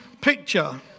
picture